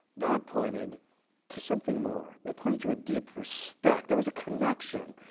that pointed to something more. it pointed to a deep respect. there was a connection.